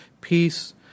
peace